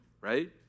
Right